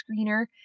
screener